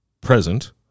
present